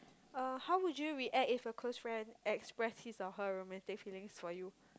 uh how would you react if your close friend express his or her romantic feelings for you